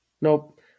Nope